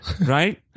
Right